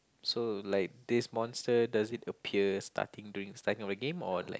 so like this monster does it appear starting during starting of a game or like